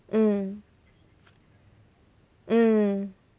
mm mm